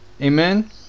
Amen